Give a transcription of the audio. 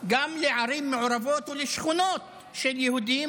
גם לערים מעורבות ולשכונות של יהודים.